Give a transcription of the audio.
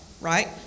right